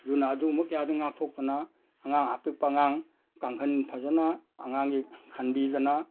ꯑꯗꯨꯅ ꯑꯗꯨꯝꯕ ꯀꯌꯥꯗꯒꯤ ꯉꯥꯛꯊꯣꯛꯇꯅ ꯑꯉꯥꯡ ꯑꯄꯤꯛꯄ ꯑꯉꯥꯡ ꯀꯥꯡꯒꯟ ꯐꯖꯅ ꯑꯉꯥꯡꯒꯤ ꯈꯟꯕꯤꯗꯅ